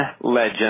legend